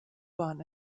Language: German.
bahn